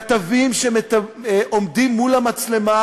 כתבים שעומדים מול מצלמה,